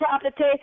property